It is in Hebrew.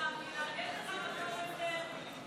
ומי שלא רוצה להצביע, לא חייב.